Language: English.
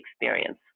experience